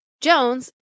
jones